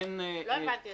לא הבנתי,